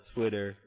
Twitter